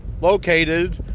Located